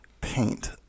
paint